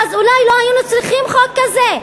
אולי לא היינו צריכים חוק כזה.